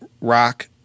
rock